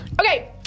Okay